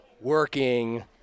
working